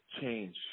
change